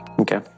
Okay